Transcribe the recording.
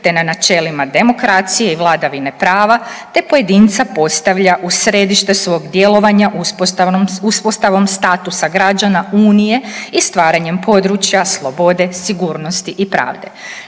te na načelima demokracije i vladavine prava te pojedinca postavlja u središte svog djelovanja uspostavom statusa građana Unije i stvaranjem područja slobode, sigurnosti i pravde.